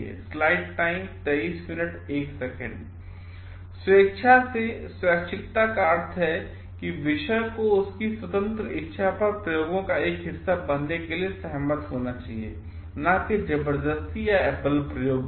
स्वेच्छा से स्वैच्छिकता का अर्थ है कि विषय को उनकी स्वतंत्र इच्छा पर प्रयोगों का एक हिस्सा बनने के लिए सहमत होना चाहिए न कि जबरदस्ती या एक बल द्वारा